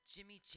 Jimmy